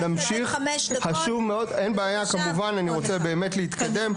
אין בעיה כמובן, אני רוצה באמת להתקדם.